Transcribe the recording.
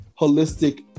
holistic